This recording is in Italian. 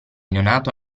neonato